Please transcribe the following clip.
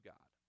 God